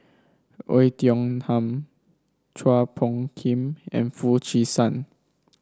Oei Tiong Ham Chua Phung Kim and Foo Chee San